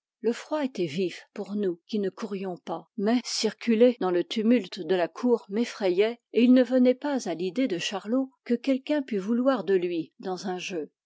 le froid était vif pour nous qui ne courions pas mais circuler dans le tumulte de la cour m'effrayait et il ne venait pas à l'idée de charlot que quelqu'un pût vouloir de lui dans un jeu